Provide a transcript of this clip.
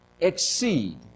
exceed